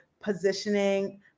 positioning